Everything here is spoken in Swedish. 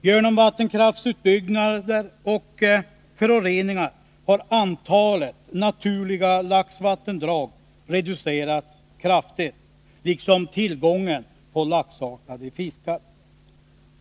Genom vattenkraftsutbyggnader och föroreningar har antalet naturliga laxvattendrag reducerats kraftigt, liksom tillgången på laxartade fiskar.